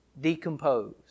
decompose